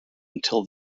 until